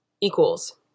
equals